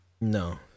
no